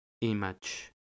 image